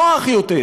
נוח יותר,